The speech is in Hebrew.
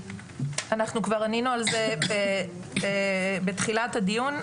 אנחנו כבר ענינו על זה בתחילת הדיון.